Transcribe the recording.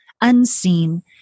unseen